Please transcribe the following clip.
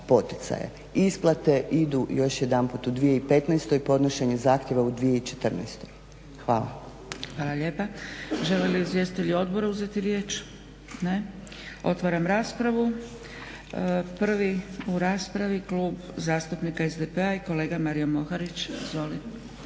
isplate idu još jedanput u 2015.podnošenjem zahtjeva u 2014. Hvala. **Zgrebec, Dragica (SDP)** Hvala lijepa. Žele li izvjestitelji odbora uzeti riječ? Ne. Otvaram raspravu. Prvi u raspravi Klub zastupnika SDP-a i kolega Mario Moharić. Izvolite.